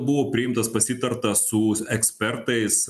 buvo priimtas pasitarta su ekspertais